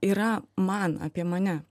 yra man apie mane